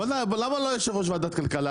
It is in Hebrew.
למה לא יושב ראש ועדת כלכלה?